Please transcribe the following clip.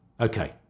Okay